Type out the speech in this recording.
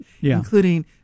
including